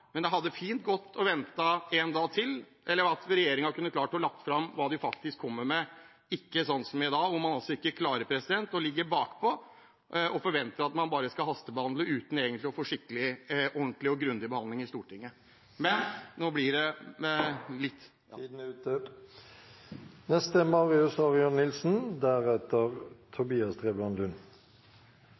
men det hadde gått fint å vente en dag til, sånn at regjeringen hadde klart å legge fram det de faktisk kommer med, og ikke sånn som i dag hvor man ikke klarer det, ligger bakpå og forventer at man skal hastebehandle uten å få en skikkelig, ordentlig og grundig behandling i Stortinget. Nå blir det litt